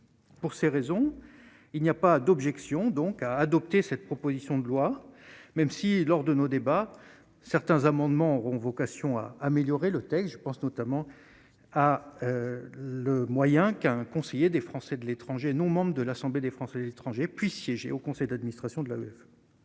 pour ces raisons, il n'y a pas d'objection donc à adopter cette proposition de loi même si, lors de nos débats, certains amendements auront vocation à améliorer le texte, je pense notamment à le moyen qu'un conseiller des Français de l'étranger non membres de l'Assemblée des Français de l'étranger puisse siéger au conseil d'administration de la.